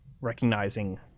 recognizing